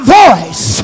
voice